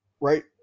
right